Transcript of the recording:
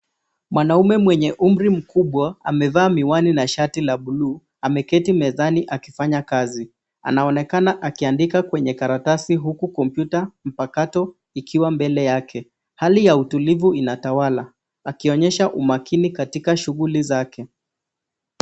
Mwanaume mwenye umri mkubwa amevaa miwani na shati la buluu. Ameketi mezani akifanya kazi. Anaonekana akiandika kwenye karatasi huku kompyuta mpakato ikiwa mbele yake. Hali ya utulivu inatawala akionyesha umakini katika shughuli zake.